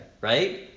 right